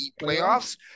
playoffs